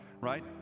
right